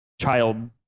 child